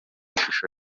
ishusho